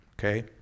okay